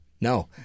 No